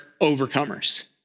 overcomers